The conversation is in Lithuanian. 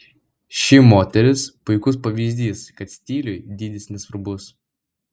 ši moteris puikus pavyzdys kad stiliui dydis nesvarbus